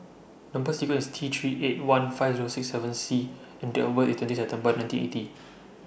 Number sequence IS T three eight one five Zero six seven C and Date of birth IS twenty September nineteen eighty